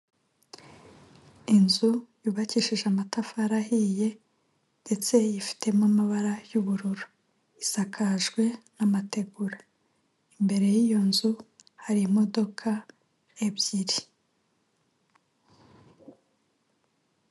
Inzu yubakishije amatafari ahiye ndetse yifitemo amabara y'ubururu isakajwe n'amategura, imbere y'iyo nzu hari imodoka ebyiri.